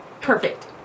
Perfect